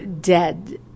dead